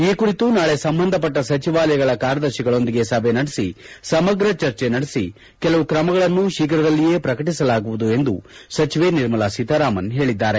ಈ ಕುರಿತು ನಾಳೆ ಸಂಬಂಧಪಟ್ಟ ಸಚಿವಾಲಯಗಳ ಕಾರ್ಯದರ್ಶಿಗಳೊಂದಿಗೆ ಸಭೆ ನಡೆಸಿ ಸಮಗ್ರ ಚರ್ಚೆ ನಡೆಸಿ ಕೆಲವು ಕ್ರಮಗಳನ್ನು ಶೀಘ್ರದಲ್ಲಿಯೇ ಪ್ರಕಟಿಸಲಾಗುವುದು ಎಂದು ಸಚಿವೆ ನಿರ್ಮಲಾ ಸೀತಾರಾಮನ್ ಹೇಳಿದರು